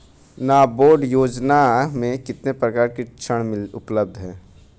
नाबार्ड योजना में कितने प्रकार के ऋण उपलब्ध हैं?